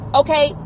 okay